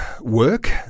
work